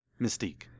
Mystique